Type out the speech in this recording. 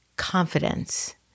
confidence